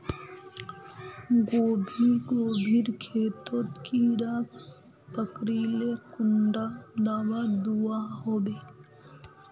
गोभी गोभिर खेतोत कीड़ा पकरिले कुंडा दाबा दुआहोबे?